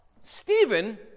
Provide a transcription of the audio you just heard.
Stephen